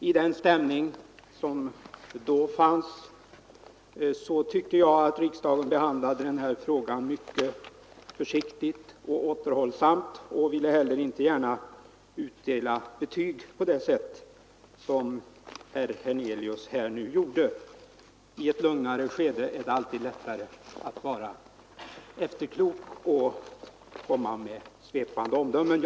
I den stämning som då rådde tyckte jag att riksdagen behandlade frågan mycket försiktigt och återhållsamt och man ville heller inte gärna utdela betyg på det sätt som herr Hernelius nu gjorde. I ett lugnare skede är det alltid lättare att vara efterklok och komma med svepande omdömen.